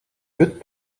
good